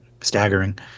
staggering